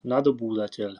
nadobúdateľ